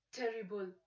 terrible